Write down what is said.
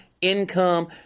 income